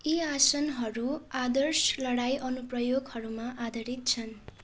यी आसनहरू आदर्श लडाइँ अनुप्रयोगहरूमा आधारित छन्